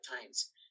times